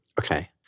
Okay